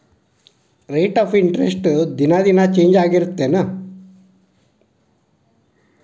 rate of interest ದಿನಾ ದಿನಾ change ಆಗ್ತಿರತ್ತೆನ್